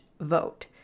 vote